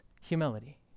humility